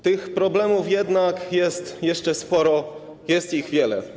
Tych problemów jednak jest jeszcze sporo, jest ich wiele.